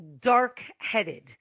dark-headed